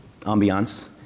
ambiance